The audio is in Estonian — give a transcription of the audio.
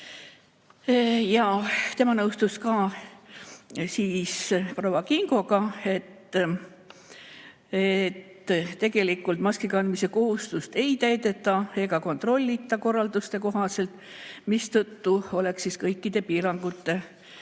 Ta nõustus ka proua Kingoga, et tegelikult maski kandmise kohustust ei täideta ega kontrollita korralduste kohaselt, mistõttu oleks kõikide piirangute